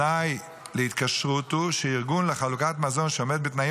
תנאי להתקשרות הוא שארגון לחלוקת מזון שעומד בתנאים